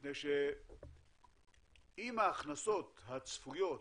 מפני שאם ההכנסות הצפויות